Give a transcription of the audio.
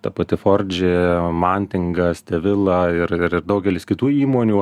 ta pati fordži mantinga stevila ir ir ir daugelis kitų įmonių